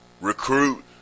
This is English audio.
Recruit